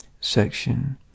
section